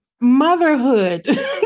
motherhood